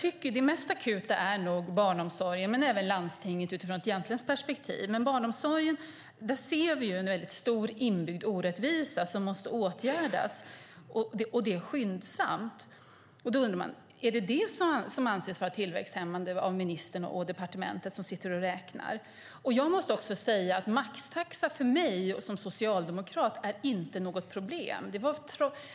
Det mest akuta är nog barnomsorgen, men även landstinget ur ett jämtländskt perspektiv. I barnomsorgen ser vi en stor inbyggd orättvisa som måste åtgärdas och det skyndsamt. Är det det som ministern och departementet, som räknar på detta, anser vara tillväxthämmande? För mig som socialdemokrat är maxtaxa inget problem.